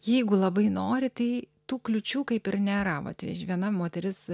jeigu labai nori tai tų kliūčių kaip ir neravų atvežė viena moteris